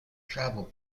travel